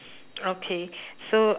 okay so